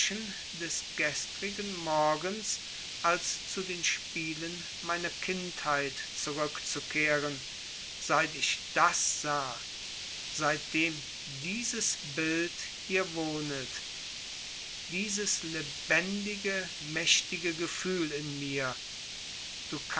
des gestrigen morgens als zu den spielen meiner kindheit zurückzukehren seit ich das sah seitdem dieses bild hier wohnet dieses lebendige mächtige gefühl in mir